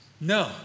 No